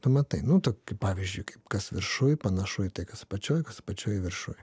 tu matai nu taip kaip pavyzdžiui kaip kas viršuj panašu į tai kas apačioj kas apačioj viršuj